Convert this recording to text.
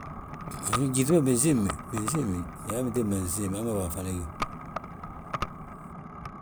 gyíŧe, binsiimi binsiimi, njali ma bintiibi nsiimi hamma bàa ma fana gíw.